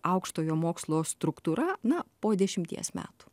aukštojo mokslo struktūra na po dešimties metų